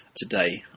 today